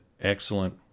excellent